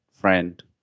friend